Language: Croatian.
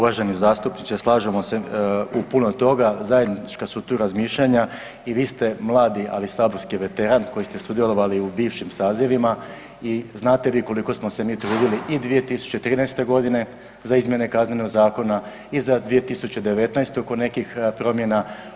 Uvaženi zastupniče slažemo se u puno toga, zajednička su tu razmišljanja i vi ste mladi, ali saborski veteran koji ste sudjelovali u bivšim sazivima i znate vi koliko smo se mi trudili i 2013. godine za izmjene Kaznenog zakona i za 2019. oko nekih promjena.